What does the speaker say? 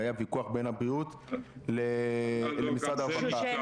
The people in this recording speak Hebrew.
והיה ויכוח בין הבריאות למשרד הרווחה.